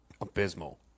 abysmal